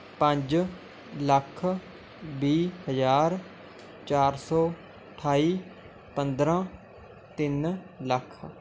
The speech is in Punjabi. ਪੰਜ ਲੱਖ ਵੀਹ ਹਜ਼ਾਰ ਚਾਰ ਸੌ ਅਠਾਈ ਪੰਦਰ੍ਹਾਂ ਤਿੰਨ ਲੱਖ